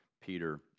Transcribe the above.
Peter